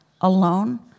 alone